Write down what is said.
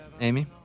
Amy